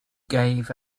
gave